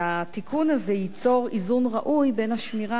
התיקון הזה ייצור איזון ראוי בין השמירה